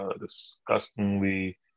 disgustingly